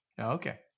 Okay